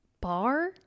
bar